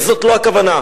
זאת לא הכוונה.